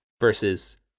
versus